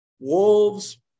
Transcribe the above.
Wolves